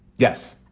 yes,